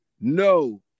No